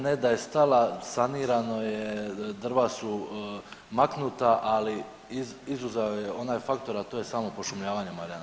Ne da je stala sanirano je, drva su maknuta ali izuzeo je onaj faktor a to je samo pošumljavanje Marjana.